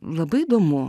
labai įdomu